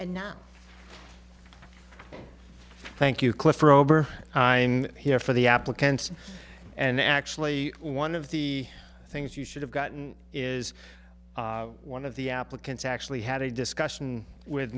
and now thank you cliff for over here for the applicants and actually one of the things you should have gotten is one of the applicants actually had a discussion with